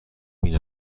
بین